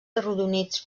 arrodonits